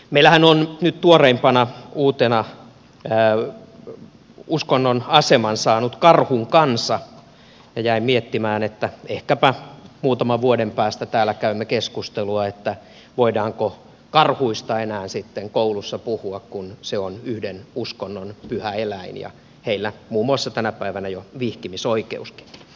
meillähän on nyt tuoreimpana uutena uskonnon aseman saanut karhun kansa ja jäin miettimään että ehkäpä muutaman vuoden päästä täällä käymme keskustelua voidaanko karhuista enää sitten koulussa puhua kun se on yhden uskonnon pyhä eläin ja heillä on muun muassa tänä päivänä jo vihkimisoikeuskin